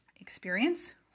experience